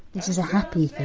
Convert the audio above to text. this is a happy thing.